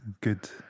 good